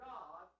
God